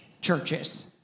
churches